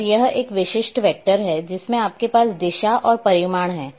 और यह एक विशिष्ट वेक्टर है जिसमें आपके पास दिशा और परिमाण हैं